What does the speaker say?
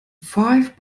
five